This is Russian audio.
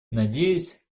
надеюсь